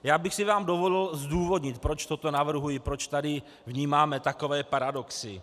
Já bych si vám dovolil zdůvodnit, proč to navrhuji, proč tady vnímáme takové paradoxy.